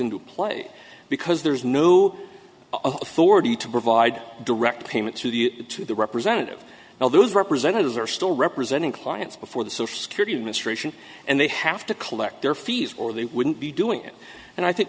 into play because there is no authority to provide direct payments to the to the representative now those representatives are still representing clients before the social security administration and they have to collect their fees or they wouldn't be doing it and i think